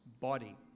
body